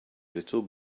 little